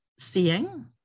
seeing